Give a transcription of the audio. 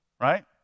Right